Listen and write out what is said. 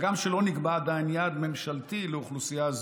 הגם שלא נקבע עדיין יעד ממשלתי לאוכלוסייה זו,